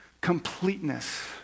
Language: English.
completeness